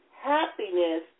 happiness